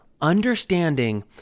understanding